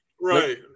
Right